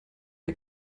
der